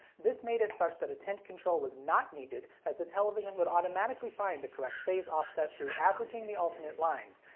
this made it such that a tint control was not needed as the television would automatically find the correct phase offset through averaging the alternate lines,